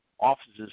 offices